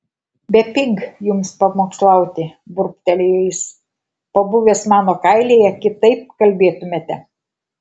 bepig jums pamokslauti burbtelėjo jis pabuvęs mano kailyje kitaip kalbėtumėte